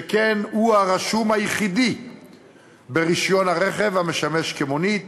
שכן הוא הרשום היחיד ברישיון הרכב המשמש כמונית,